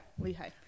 Lehigh